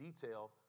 detail